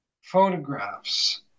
photographs